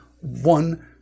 one